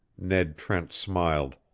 ned trent smiled.